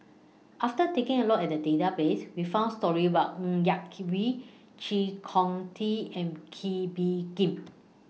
after taking A Look At The Database We found stories about Ng Yak Whee Chee Kong Tet and Kee Bee Khim